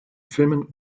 filmen